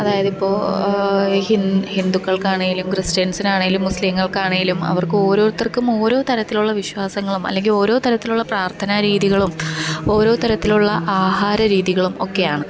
അതായത് ഇപ്പോൾ ഹിന്ദുക്കൾക്കാണേലും ക്രിസ്ത്യൻസിനാണേലും മുസ്ലീങ്ങൾക്കാണേലും അവർക്കൊരോത്തർക്കും ഓരോ തരത്തിലുള്ള വിശ്വാസങ്ങളും അല്ലെങ്കിൽ ഓരോ തരത്തിലുള്ള പ്രാർത്ഥനാ രീതികളും ഓരോ തരത്തിലുള്ള ആഹാര രീതികളും ഒക്കെയാണ്